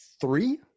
Three